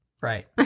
Right